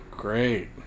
great